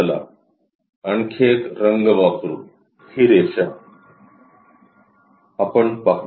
चला आणखी एक रंग वापरू ही रेषा आपण पाहू